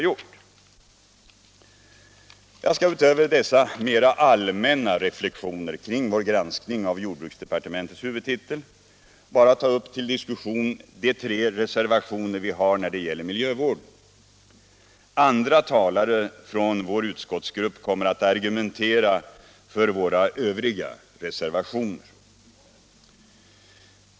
Jag skall utöver dessa mera allmänna reflexioner kring vår granskning av jordbruksdepartementets huvudtitel bara ta upp till diskussion de tre reservationerna om miljövården. Andra talare från vår utskottsgrupp kommer att argumentera för våra övriga reservationer.